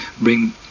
bring